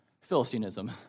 Philistinism